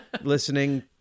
listening